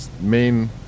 main